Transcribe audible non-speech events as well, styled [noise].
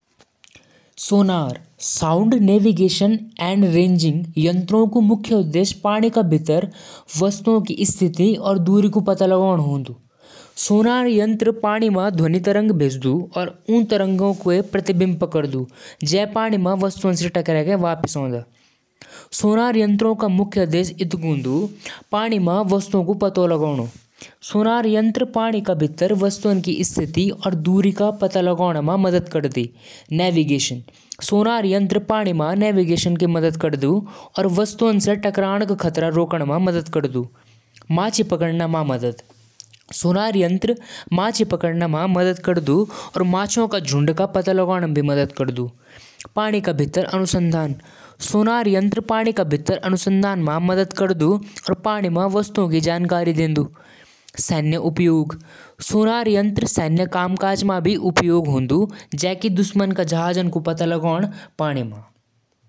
जूता क मुख्य भाग होलु सोल, इनसोल, अपर, लेस और हील। सोल जूता क नीचे वाला भाग होलु। इनसोल पैर क आराम क लिए अंदर होलु। अपर जूता क ऊपरी भाग होलु। [hesitation] लेस जूता कसण क काम करदु। हील जूता क एड़ी वाला भाग होलु। सब भाग मिलक जूता क मजबूत और आरामदायक बनादु।